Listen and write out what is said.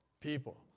people